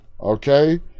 okay